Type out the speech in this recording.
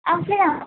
அப்படியா